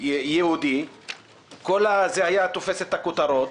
יהודי - זה היה תופס את הכותרות.